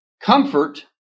comfort